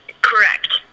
Correct